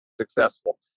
successful